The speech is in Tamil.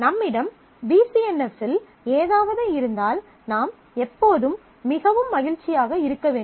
நம்மிடம் பி சி என் எஃப் இல் ஏதாவது இருந்தால் நாம் எப்போதும் மிகவும் மகிழ்ச்சியாக இருக்க வேண்டும்